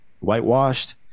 whitewashed